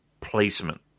placement